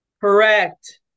correct